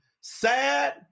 sad